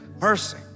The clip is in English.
mercy